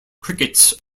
cricket